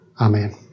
Amen